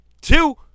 two